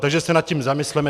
Takže se nad tím zamysleme.